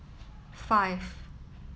five